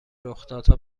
رخدادها